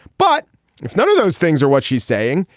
but if none of those things are what she's saying.